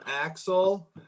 Axel